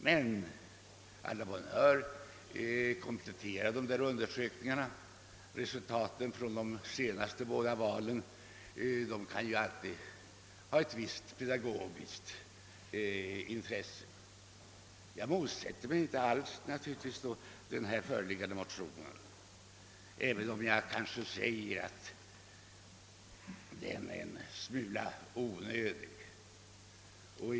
Men å la bonne heure, kompletteras författningsutredningens undersökningar med resultaten i de senaste två valen, det kan alltid ha ett visst pedagogiskt intresse. Jag motsätter mig alltså inte den föreliggande motionen, även om jag kanske tycker att den är en smula onödig.